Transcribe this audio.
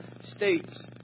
states